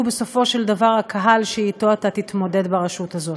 בסופו של דבר הקהל שאתו אתה תתמודד ברשות הזאת.